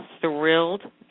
thrilled